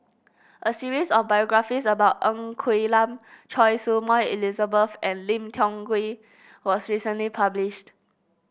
a series of biographies about Ng Quee Lam Choy Su Moi Elizabeth and Lim Tiong Ghee was recently published